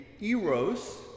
eros